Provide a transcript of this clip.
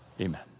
Amen